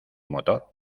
motor